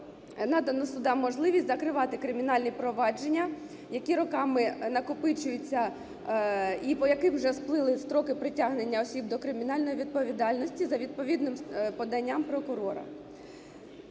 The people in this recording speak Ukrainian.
надано судам можливість закривати кримінальні провадження, які роками накопичуються і по яким вже сплили строки притягнення осіб до кримінальної відповідальності за відповідним поданням прокурора.